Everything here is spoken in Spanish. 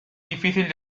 difícil